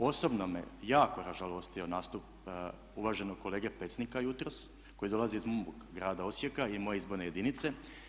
Osobno me jako ražalostio nastup uvaženog kolege Pecnika jutros koji dolazi iz mog grada Osijeka i moje izborne jedinice.